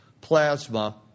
plasma